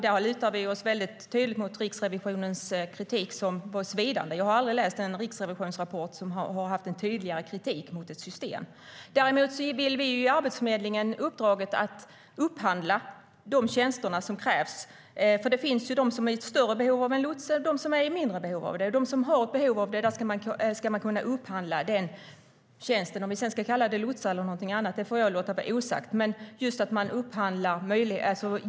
Där lutar vi oss väldigt tydligt mot Riksrevisionens kritik som var svidande. Jag har aldrig läst en riksrevisionsrapport som har haft en tydligare kritik mot ett system. Däremot vill vi ge Arbetsförmedlingen uppdraget att upphandla de tjänster som krävs. Det finns de som är i större behov av en lots och de som är i mindre behov av det. För dem som har ett behov av det ska man kunna upphandla den tjänsten, om vi sedan ska kalla det lotsar eller någonting annat får jag låta vara osagt.